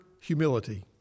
humility